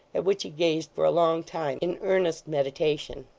at which he gazed for a long time, in earnest meditation.